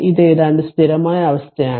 ഇത് ഏതാണ്ട് സ്ഥിരമായ അവസ്ഥയാണ്